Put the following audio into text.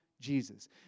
Jesus